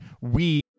we-